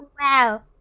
Wow